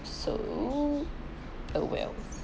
so oh well